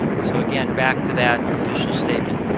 so again, back to that official statement.